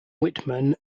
whitman